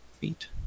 feet